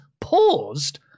paused